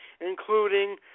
including